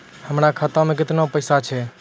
हमर खाता मैं केतना पैसा छह?